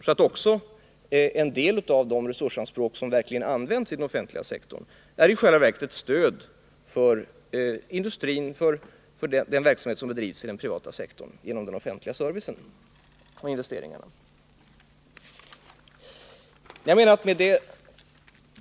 Alltså är också en del av de resursanspråk som verkligen används i den offentliga sektorn i själva verket ett stöd för industrin och för den verksamhet som bedrivs inom den privata sektorn — genom den offentliga servicen och investeringarna.